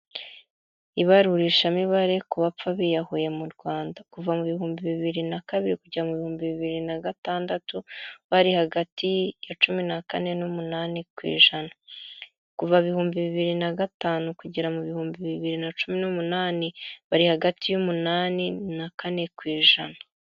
Ibarurishamibare ku bapfa biyahuye mu Rwanda. Kuva mu bihumbi bibiri na kabiri kugera mu bihumbi bibiri na gatandatu bari hagati ya cumi na kane n'umunani ku ijana. Kuva ibihumbi bibiri na gatanu kugera mu bihumbi bibiri na cumi n'umunani bari hagati y'umunani na kane ku ijana.